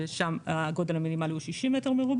ששם הגודל המינימלי הוא 60 מ"ר,